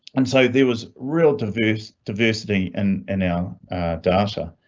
and so there was real diverse diversity. and an now data.